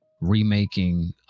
remaking